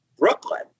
Brooklyn